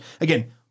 Again